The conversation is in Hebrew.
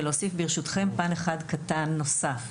ולהוסיף פן קטן נוסף.